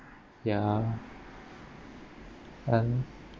ya and